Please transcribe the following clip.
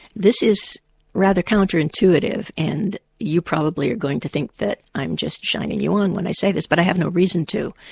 this is rather counterintuitive, and you probably are going to think that i'm just shining you on when i say this, but i have no reason to.